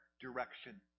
direction